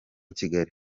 kigali